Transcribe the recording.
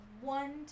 One